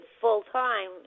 full-time